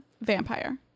vampire